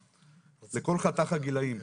אנחנו נותנים טיפול לכל חתך הגילאים,